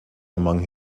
among